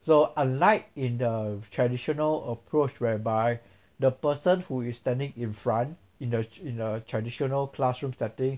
so unlike in the traditional approach whereby the person who is standing in front in the in the traditional classroom setting